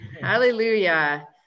Hallelujah